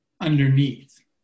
underneath